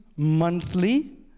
monthly